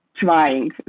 trying